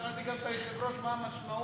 שאלתי גם את היושב-ראש מה המשמעות.